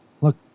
look